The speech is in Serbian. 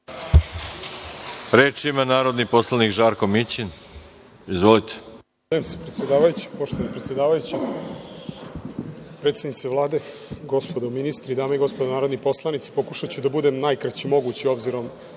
ima narodni poslanik Žarko Mićin. Izvolite.